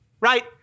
right